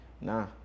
Nah